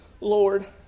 Lord